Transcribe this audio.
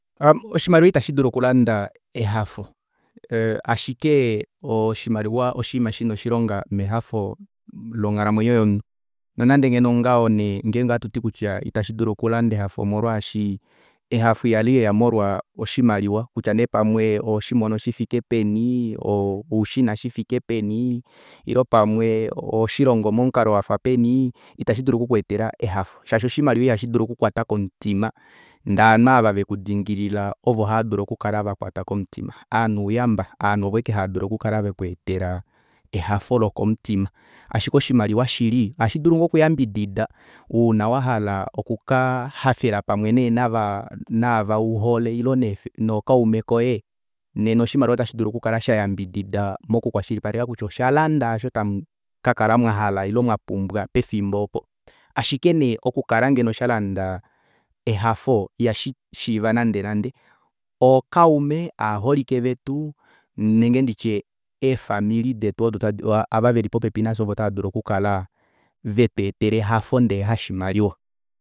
Oshimaliwa ita shidulu okulanda ehafo oo ashike oshimaliwa oshinima shina oshilongo mehafo longhalamwenyo yomunhu nonande ngeno ongaho nee ohatuti kutya ita shidulu okulanda ehafo omolwaashi ehafo ihaluuya molwa oshimaliwa kutya nee ohoshimono shivike peni oushina shifike peni ile pamwe ohoshilongo momukalo wafa peni ita shidulu oku kweetela ehafo shaashi oshimaliwa ihashidulu oku kwata komutima ndee aanhu ava veku dingilila ovo haadulu oku kwata komutima ovanhu ouyamba ovanhu ovo ashike haadulu oku kala vekweetela ehafo lokomutima ashike shimaliwa shili oha shidulu ngoo okuyambidida uuna wahala oku kaa hafela pamwe nava naava uhole ile nefe nokaume koye nena oshimaliwa ota shidulu oku kala shayambidida moku kwashilipaleka kutya oshalanda osho tamu kakala mwahala ile mwapumbwa pefimbo opo. Ashike nee oku kala ngeno shalandwa ehafo iha shishiiva nande nande ookaume aaholike vetu nenge nditye eefamili detu ava veli popepi nafye ovo tava dulu okukala vetweetela ehafo ndee hashimaliwa